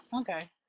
Okay